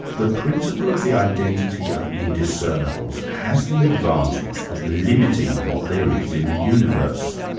the principle of the identity of indiscernables has the advantage of limiting what there is in the universe.